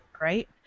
right